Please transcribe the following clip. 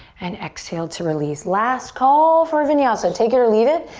and exhale to release. last call for vinyasa. take it or leave it.